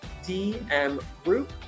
dmgroup